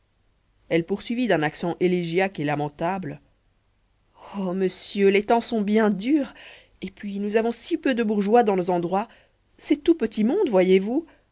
elle poursuivit d'un accent élégiaque et lamentable oh monsieur les temps sont bien durs et puis nous avons si peu de bourgeois dans nos endroits c'est tout petit monde voyez-vous